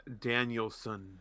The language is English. danielson